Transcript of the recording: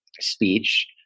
speech